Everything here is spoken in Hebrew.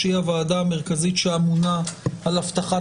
שהיא הוועדה המרכזית שאמונה על הבטחת